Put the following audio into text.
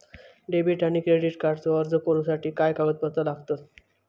Debit आणि credit कार्डचो अर्ज करुच्यासाठी काय कागदपत्र लागतत?